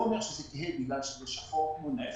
אומר שזה כהה בגלל שזה שחור כמו נפט,